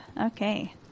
okay